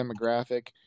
demographic